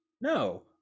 no